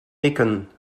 nikon